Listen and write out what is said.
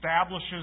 establishes